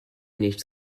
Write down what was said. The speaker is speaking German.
nichts